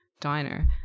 diner